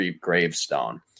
gravestone